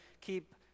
keep